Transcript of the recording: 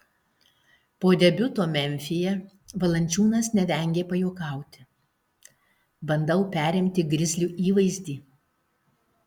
po debiuto memfyje valančiūnas nevengė pajuokauti bandau perimti grizlių įvaizdį